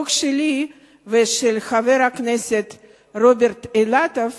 החוק שלי ושל חבר הכנסת רוברט אילטוב,